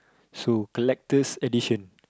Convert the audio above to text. so collectors' edition